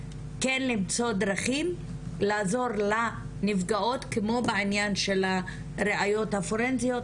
כן למצוא דרכים לעזור לנפגעות כמו בעניין של הראיות הפורנזיות,